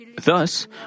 Thus